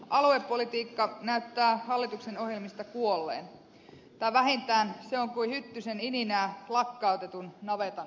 aluepolitiikka näyttää hallituksen ohjelmista kuolleen tai vähintään se on kuin hyttysen ininää lakkautetun navetan nurkassa